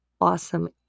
awesome